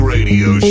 Radio